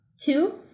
Two